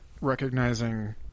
recognizing